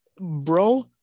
bro